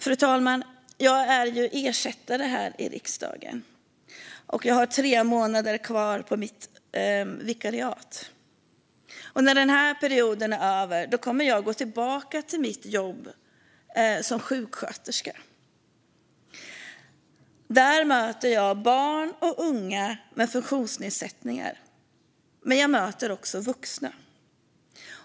Fru talman! Jag är ersättare här i riksdagen. Jag har tre månader kvar på mitt vikariat. När denna period är över kommer jag att gå tillbaka till mitt jobb som sjuksköterska. Där möter jag barn och unga med funktionsnedsättningar, men jag möter också vuxna.